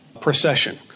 procession